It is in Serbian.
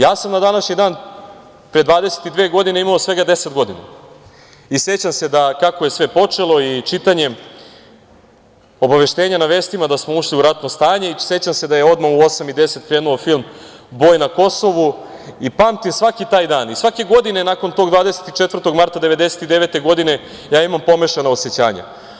Ja sam na današnji dan, pre 22 godine, imao svega 10 godina i sećam se kako je sve počelo i čitanjem obaveštenja na vestima da smo ušli u ratno stanje i sećam se da je odmah u 20 i 10 krenuo film „Boj na Kosovu“ i pamtim svaki taj dan i svake godine nakon tog 24. marta 1999. godine ja imam pomešano osećanje.